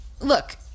look